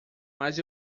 mas